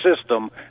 system